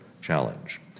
challenge